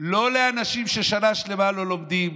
לא לאנשים ששנה שלמה לא לומדים.